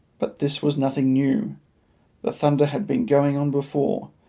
but this was nothing new the thunder had been going on before,